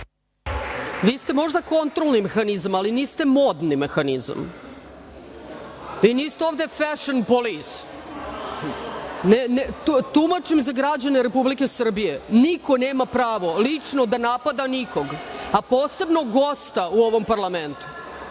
Vi ste možda kontrolni mehanizam, ali niste modni mehanizam. Vi niste ovde „fešn polise“, tumačim za građane Republike Srbije, niko nema pravo lično da napada nikoga, a posebno gosta u ovom parlamentu. Da